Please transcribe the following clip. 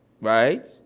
Right